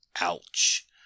Ouch